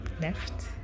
left